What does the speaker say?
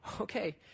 okay